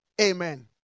Amen